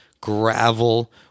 gravel